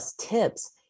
tips